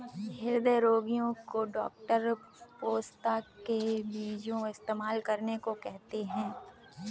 हृदय रोगीयो को डॉक्टर पोस्ता के बीजो इस्तेमाल करने को कहते है